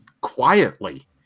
quietly